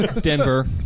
Denver